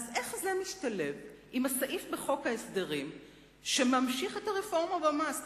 איך זה משתלב עם הסעיף בחוק ההסדרים שממשיך את הרפורמה במס?